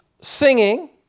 singing